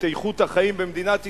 באיכות החיים במדינת ישראל,